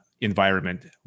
environment